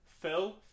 Phil